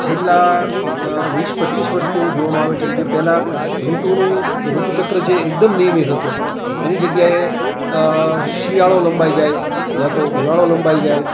છેલ્લા વીસ પચીસ વર્ષથી એવું જોવામાં આવે છે કે જે પેહલા ઋતુનું ઋતુચક્ર જે એકદમ નિયમિત હતું એની જગ્યાએ શિયાળો લંબાઈ જાય યા તો ઉનાળો લંબાઈ જાય